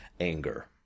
anger